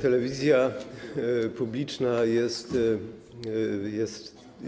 Telewizja publiczna jest